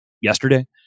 yesterday